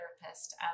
therapist